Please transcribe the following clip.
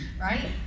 Right